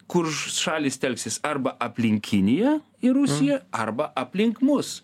kur šalys telksis arba aplink kiniją ir rusiją arba aplink mus